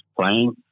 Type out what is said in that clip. playing